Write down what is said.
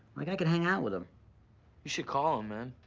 like i could hang out with him. you should call him, man.